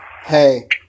Hey